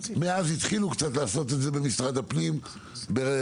מאז התחילו קצת לעשות את זה במשרד הפנים בתכניות.